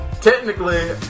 Technically